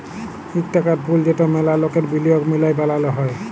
ইক টাকার পুল যেট ম্যালা লকের বিলিয়গ মিলায় বালাল হ্যয়